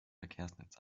verkehrsnetz